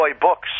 books